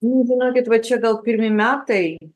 nu žinokit va čia gal pirmi metai